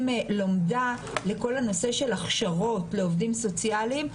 לומדה לכל הנושא של הכשרות לעובדים סוציאליים,